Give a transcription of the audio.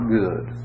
good